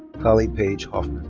kiley paige hoffman.